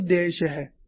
यही उद्देश्य है